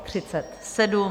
37.